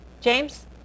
james